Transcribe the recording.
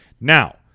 Now